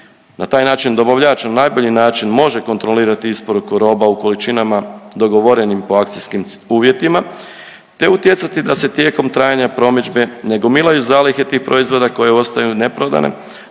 Na taj način dobavljač na najbolji način može kontrolirati isporuku roba u količinama dogovorenim po akcijskim uvjetima te utjecati da se tijekom trajanja promidžbe ne gomilaju zalihe tih proizvoda koje ostaju neprodane,